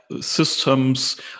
systems